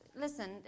listen